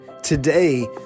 Today